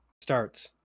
starts